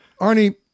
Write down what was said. Arnie